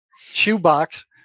shoebox